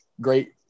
great